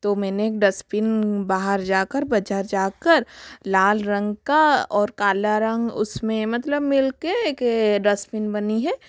तो मैने एक डस्बिन बाहर जाकर बजार जाकर लाल रंग का और काला रंग उसमें मतलब मिलके एक डस्बिन बनी है